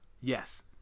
yes